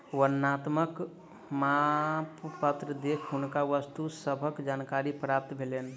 वर्णनात्मक नामपत्र देख हुनका वस्तु सभक जानकारी प्राप्त भेलैन